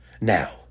Now